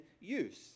use